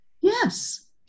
yes